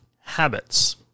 habits